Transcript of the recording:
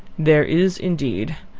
there is, indeed!